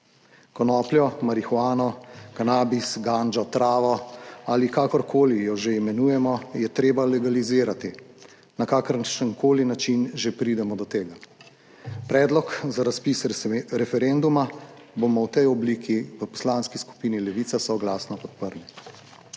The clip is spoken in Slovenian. Konopljo, marihuano, kanabis, gango, travo ali kakorkoli jo že imenujemo, je treba legalizirati, na kakršenkoli način že pridemo do tega. Predlog za razpis referenduma bomo v tej obliki v Poslanski skupini Levica soglasno podprli.